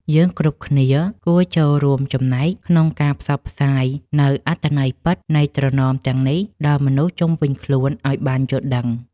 យើងគ្រប់គ្នាគួរចូលរួមចំណែកក្នុងការផ្សព្វផ្សាយនូវអត្ថន័យពិតនៃត្រណមទាំងនេះដល់មនុស្សជុំវិញខ្លួនឱ្យបានយល់ដឹង។